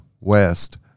West